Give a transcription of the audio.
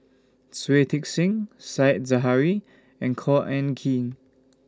Shui Tit Sing Said Zahari and Khor Ean Ghee